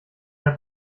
der